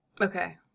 Okay